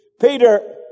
Peter